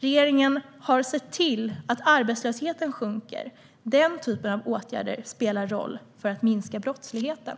Regeringen har sett till att arbetslösheten sjunker. Den typen av åtgärder spelar roll för att minska brottsligheten.